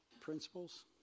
Principles